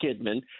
Kidman